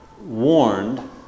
warned